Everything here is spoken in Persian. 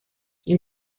این